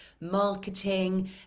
marketing